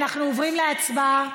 אנחנו עוברים להצבעה.